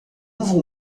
vou